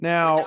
Now